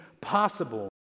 possible